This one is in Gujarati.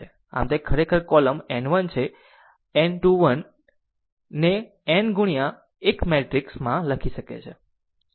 આમ તે ખરેખર કોલમ n 1 છે n 2 1 ને n ગુણ્યા 1 મેટ્રિક્સ માં લખી શકે છે